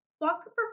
Walker